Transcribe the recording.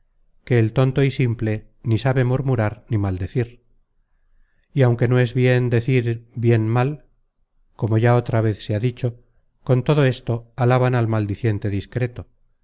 que el tonto y simple ni sabe murmurar ni maldecir y aunque no es bien decir bién mal como ya otra vez se ha dicho con todo esto alaban al maldiciente discreto